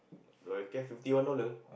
Royal Care get fifty one dollar